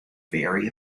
very